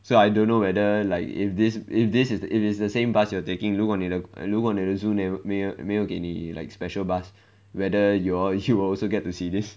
so I don't know whether like if this if this it is the same bus you are taking 如果你的如果你的 zoo 没有没有给你 like special bus whether you all you will also get to see this